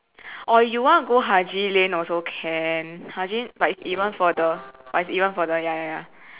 or you want go haji lane also can haji but it's even further but it's even further ya ya ya